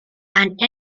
and